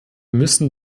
müssen